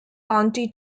county